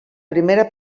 primera